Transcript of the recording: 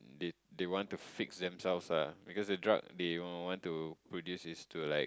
they they want to fix themselves ah because the drug they want to produce is to like